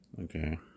Okay